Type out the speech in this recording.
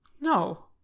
no